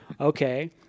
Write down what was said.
Okay